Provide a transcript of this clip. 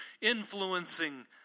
influencing